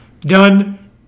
Done